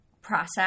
process